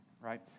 right